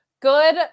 Good